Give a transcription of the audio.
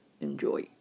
enjoy